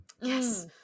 yes